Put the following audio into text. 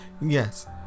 Yes